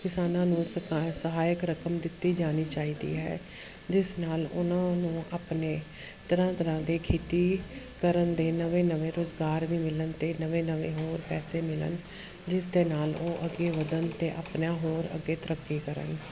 ਕਿਸਾਨਾਂ ਨੂੰ ਸਤਾ ਸਹਾਇਕ ਰਕਮ ਦਿੱਤੀ ਜਾਣੀ ਚਾਹੀਦੀ ਹੈ ਜਿਸ ਨਾਲ ਉਹਨਾਂ ਨੂੰ ਆਪਣੇ ਤਰ੍ਹਾਂ ਤਰ੍ਹਾਂ ਦੇ ਖੇਤੀ ਕਰਨ ਦੇ ਨਵੇਂ ਨਵੇਂ ਰੁਜ਼ਗਾਰ ਵੀ ਮਿਲਣ ਅਤੇ ਨਵੇਂ ਨਵੇਂ ਹੋਰ ਪੈਸੇ ਮਿਲਣ ਜਿਸ ਦੇ ਨਾਲ ਉਹ ਅੱਗੇ ਵਧਣ ਅਤੇ ਆਪਣਾ ਹੋਰ ਅੱਗੇ ਤਰੱਕੀ ਕਰਨ